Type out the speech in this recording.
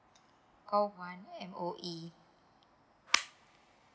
call one M_O_E